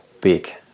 big